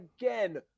again